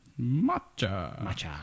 Matcha